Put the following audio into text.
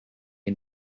and